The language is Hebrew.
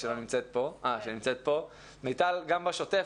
גם בשוטף,